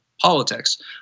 Politics